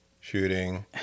shooting